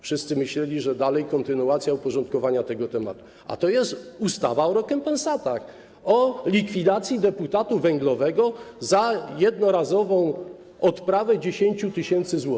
Wszyscy myśleli, że to kontynuacja uporządkowania tego tematu, a to jest ustawa o rekompensatach, o likwidacji deputatu węglowego za jednorazową odprawę w wysokości 10 tys. zł.